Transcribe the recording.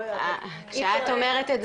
לא יעזור --- כשאת אומרת את זה,